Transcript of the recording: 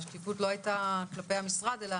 השקיפות לא הייתה כלפי המשרד אלא